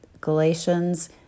Galatians